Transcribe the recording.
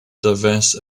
diverse